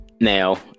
now